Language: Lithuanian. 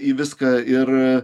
į viską ir